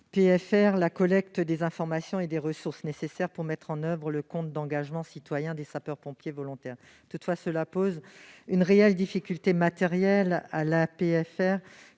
(APFR) la collecte des informations et des ressources nécessaires à la mise en oeuvre du compte d'engagement citoyen des sapeurs-pompiers volontaires. Toutefois, une réelle difficulté matérielle se